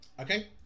Okay